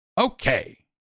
Okay